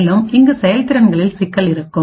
மேலும் இங்குசெயல் திறன்களில் சிக்கல்கள் இருக்கும்